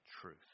truth